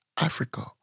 Africa